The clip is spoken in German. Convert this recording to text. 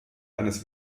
eines